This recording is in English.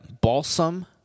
balsam